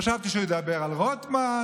חשבתי שהוא ידבר על רוטמן,